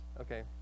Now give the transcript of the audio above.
okay